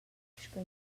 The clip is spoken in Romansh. sco